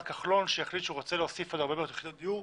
כחלון שהחליט שהוא רוצה להוסיף עוד הרבה מאוד יחידות דיור,